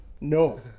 No